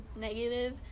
negative